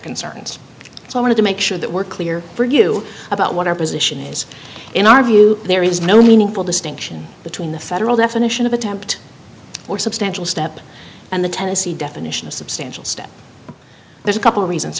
concerns so i wanted to make sure that we're clear for you about what our position is in our view there is no meaningful distinction between the federal definition of attempt or substantial step and the tennessee definition of substantial step there's a couple of reasons